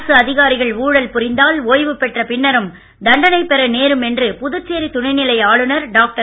அரசு அதிகாரிகள் ஊழல் புரிந்தால் ஒய்வுபெற்ற பின்னரும் தண்டனை பெற நேரும் என்று புதுச்சேரி துணைநிலை ஆளுனர் டாக்டர்